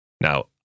Now